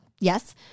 Yes